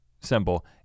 symbol